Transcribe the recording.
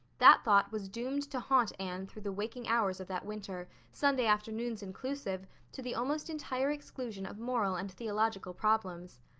that thought was doomed to haunt anne through the waking hours of that winter, sunday afternoons inclusive, to the almost entire exclusion of moral and theological problems.